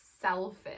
selfish